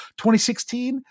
2016